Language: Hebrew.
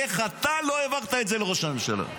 איך אתה לא העברת את זה לראש הממשלה?